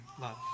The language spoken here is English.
love